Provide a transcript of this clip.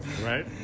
Right